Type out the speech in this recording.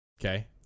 Okay